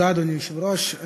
אדוני היושב-ראש,